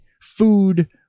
food